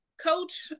coach